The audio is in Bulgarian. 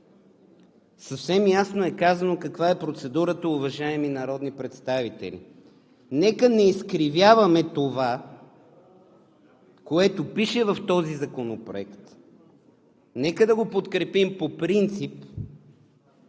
Съвсем ясно е казано каква е процедурата, уважаеми народни представители. Нека не изкривяваме това, което пише в този законопроект, нека да го подкрепим по принцип.